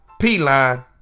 P-Line